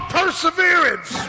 perseverance